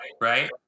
Right